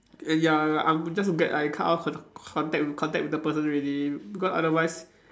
and ya I'm just get I cut of the contact contact with the person already because otherwise